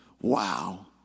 Wow